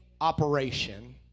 operation